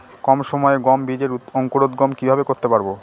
কম সময়ে গম বীজের অঙ্কুরোদগম কিভাবে করতে পারব?